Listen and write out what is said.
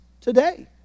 today